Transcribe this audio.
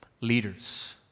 leaders